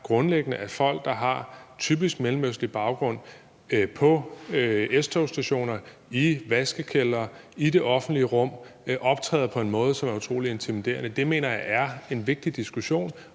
at folk, der typisk har en mellemøstlig baggrund, på S-togsstationer, i vaskekældre og i det offentlige rum optræder på en måde, som er utrolig intimiderende. Det mener jeg er en vigtig diskussion